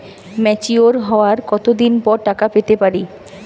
Mature হওয়ার কত দিন পর টাকা পেতে পারি?